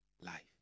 life